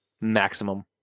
maximum